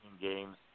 games